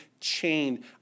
chained